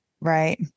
Right